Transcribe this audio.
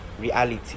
reality